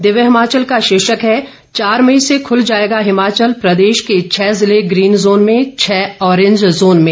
दिव्य हिमाचल का शीर्षक है चार मई से खुल जाएगा हिमाचल प्रदेश के छह जिला ग्रीन जोन में छह ऑरेंज जोन में